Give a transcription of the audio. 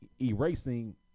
erasing